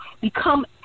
Become